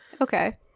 Okay